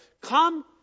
come